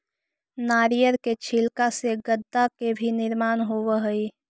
नारियर के छिलका से गद्दा के भी निर्माण होवऽ हई